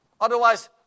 Otherwise